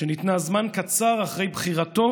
שניתנה זמן קצר אחרי בחירתו